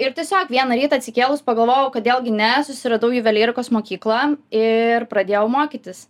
ir tiesiog vieną rytą atsikėlus pagalvojau kodėl gi ne susiradau juvelyrikos mokyklą ir pradėjau mokytis